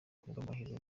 kubw’amahirwe